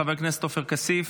חבר הכנסת עופר כסיף,